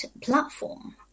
platform